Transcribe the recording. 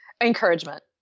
Encouragement